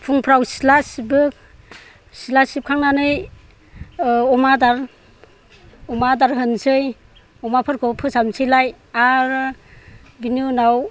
फुंफ्राव सिथला सिबो सिथला सिबखांनानै अमा आदार होनोसै अमाफोरखौ फोसाबनोसैलाय आरो बिनि उनाव